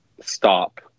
stop